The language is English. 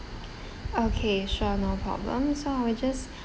okay sure no problem so I will just